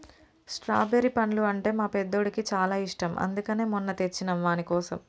strawberry పండ్లు అంటే మా పెద్దోడికి చాలా ఇష్టం అందుకనే మొన్న తెచ్చినం వానికోసం